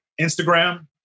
Instagram